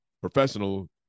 professional